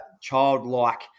childlike